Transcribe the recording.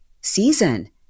season